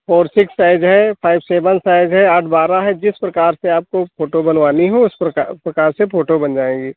four six size है five seven size है आठ बारह है जिस प्रकार से आपको फोटो बनवानी हो उस प्रकार से फोटो बन जाएगी